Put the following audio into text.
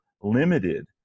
limited